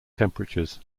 temperatures